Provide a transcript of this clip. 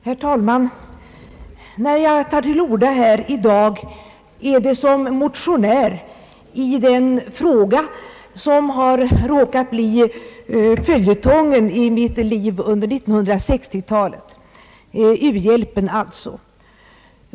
Herr talman! När jag tar till orda här 1 dag är det som motionär i den fråga som har råkat bli följetongen i mitt liv under 1960-talet, u-hjälpen alltså.